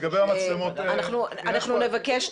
לגבי המצלמות --- אנחנו נבקש,